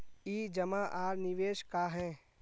ई जमा आर निवेश का है?